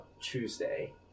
Tuesday